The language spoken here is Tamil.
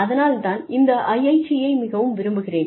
அதனால்தான் நான் இந்த IIT யை மிகவும் விரும்புகிறேன்